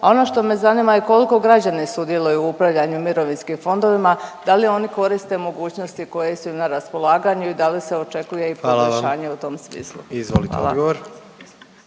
A ono što me zanima je i kolko građani sudjeluju u upravljanju mirovinskim fondovima? Da li oni koriste mogućnosti koje su im na raspolaganju i da li se očekuje …/Upadica predsjednik: Hvala vam./… i